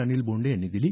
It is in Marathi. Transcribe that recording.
अनिल बोंडे यांनी दिली